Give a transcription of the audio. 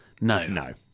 No